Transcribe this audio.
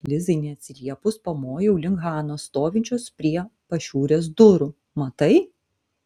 lizai neatsiliepus pamojau link hanos stovinčios prie pašiūrės durų matai